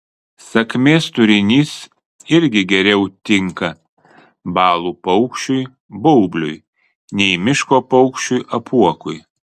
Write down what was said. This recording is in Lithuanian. sakmės turinys irgi geriau tinka balų paukščiui baubliui nei miško paukščiui apuokui